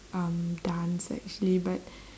um dance actually but